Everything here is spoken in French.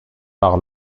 par